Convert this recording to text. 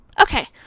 Okay